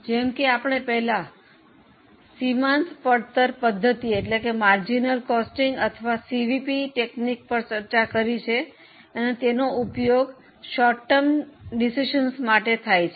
જેમ કે આપણે પહેલા સીમાંત પડતર પદ્ધતિ અથવા સીવીપીની તકનીક પર ચર્ચા કરી છે તેનો ઉપયોગ ટૂંકા ગાળાના નિર્ણયો માટે થાય છે